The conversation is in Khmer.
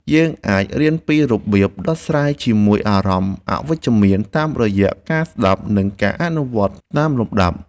យើងអាចរៀនពីរបៀបដោះស្រាយជាមួយអារម្មណ៍អវិជ្ជមានតាមរយៈការស្តាប់ និង ការអនុវត្តតាមលំដាប់។